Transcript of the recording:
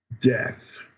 death